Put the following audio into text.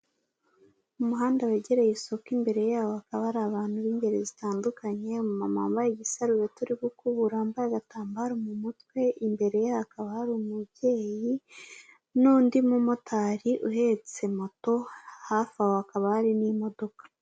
Umuhanda wegereye isoko, imbere yaho hakaba hari abantu b'inberi zitandukanye. Umama wambaye igisarubeti urigukubura wambaye agatambaro mu mutwe. Imbere hakaba hari umubyeyi n'undi mumotari uhetse moto. Hafi aho hakaba hari n'imodoka.